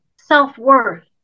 self-worth